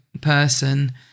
person